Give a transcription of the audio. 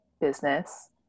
business